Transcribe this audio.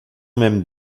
même